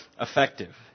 effective